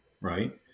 right